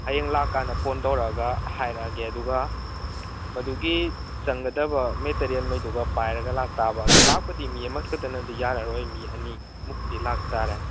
ꯍꯌꯦꯡ ꯂꯥꯛꯑ ꯀꯥꯟꯗ ꯐꯣꯟ ꯇꯧꯔꯛꯑꯒ ꯍꯥꯏꯔꯛꯑꯒꯦ ꯑꯗꯨꯒ ꯃꯗꯨꯒꯤ ꯆꯪꯒꯗꯕ ꯃꯦꯇꯔꯦꯜꯈꯩꯗꯨꯒ ꯄꯥꯏꯔꯒ ꯂꯥꯛꯇꯕ ꯑꯗꯣ ꯂꯥꯛꯄꯗꯤ ꯃꯤ ꯑꯃ ꯈꯛꯇꯅꯗꯤ ꯌꯥꯔꯔꯣꯏ ꯃꯤ ꯑꯅꯤ ꯃꯨꯛꯇꯤ ꯂꯥꯛꯇꯥꯔꯦ